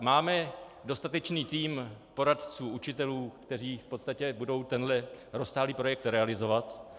Máme dostatečný tým poradců, učitelů, kteří v podstatě budou tento rozsáhlý projekt realizovat?